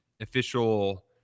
official